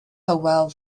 hywel